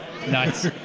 Nice